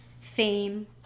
Fame